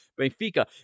Benfica